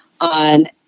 on